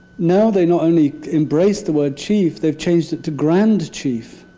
now they not only embrace the word chief, they've changed it to grand chief.